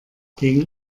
gegen